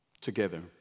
together